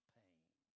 pain